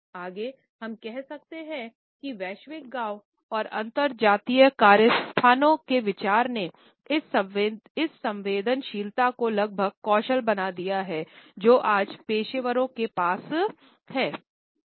आगे हम कह सकते हैं कि वैश्विक गांव और अंतर जातीय कार्य स्थलों के विचार ने इस संवेदनशीलता को लगभग कौशल बना दिया है जो आज पेशेवरों के पास है